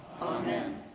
Amen